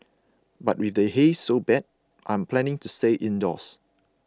but with the haze so bad I'm planning to stay indoors